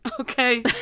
okay